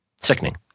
sickening